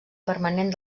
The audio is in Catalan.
permanent